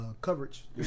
Coverage